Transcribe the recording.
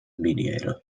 mediator